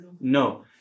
No